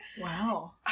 wow